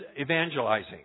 evangelizing